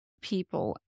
people